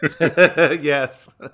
Yes